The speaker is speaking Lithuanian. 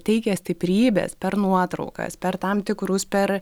teikia stiprybės per nuotraukas per tam tikrus per